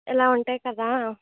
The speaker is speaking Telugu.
ఇలా ఉంటాయి కదా